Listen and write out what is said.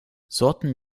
sorten